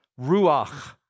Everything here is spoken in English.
ruach